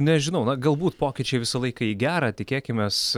nežinau galbūt pokyčiai visą laiką į gera tikėkimės